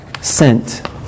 sent